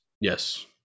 Yes